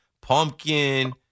pumpkin